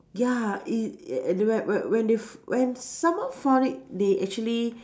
ya it a~ when when when they f~ when someone found it they actually